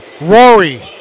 Rory